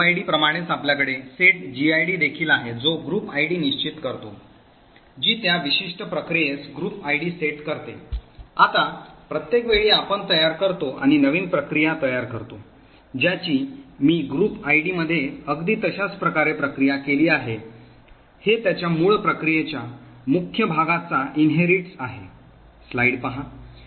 setuid प्रमाणेच आपल्याकडे setgid देखील आहे जो ग्रुप आयडी निश्चित करतो जी त्या विशिष्ट प्रक्रियेस group id सेट करते आता प्रत्येक वेळी आपण तयार करतो आणि नवीन प्रक्रिया तयार करतो ज्याची मी ग्रुप आयडीमध्ये अगदी तशाच प्रकारे प्रक्रिया केली आहे हे त्याच्या मूळ प्रक्रियेच्या मुख्य भागाचा वारसा आहे